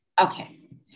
Okay